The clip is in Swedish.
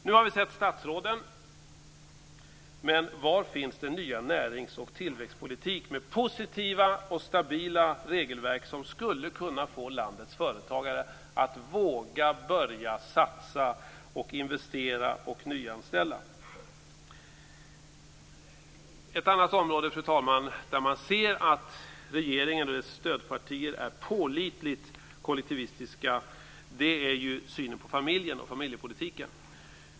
Nu har vi sett statsråden, men var finns den nya närings och tillväxtpolitik med positiva och stabila regelverk som skulle kunna få landets företagare att våga börja satsa, investera och nyanställa? Ett annat område, fru talman, där man ser att regeringen och dess stödpartier är pålitligt kollektivistiska är synen på familjen och familjepolitiken.